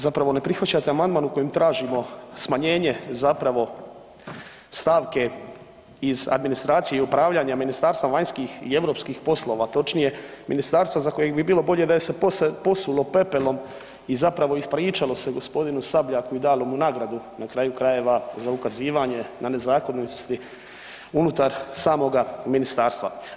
Zapravo ne prihvaćate amandman u kojem tražimo smanjenje zapravo stavke iz administracije i upravljanja Ministarstva vanjskih i europskih poslova, točnije ministarstva za kojeg bi bilo bolje da se posulo pepelom i zapravo ispričalo se gospodinu Sabljaku i dalo mu nagradu na kraju krajeva za ukazivanje na nezakonitosti unutar samoga ministarstva.